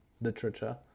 literature